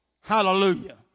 Hallelujah